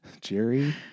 Jerry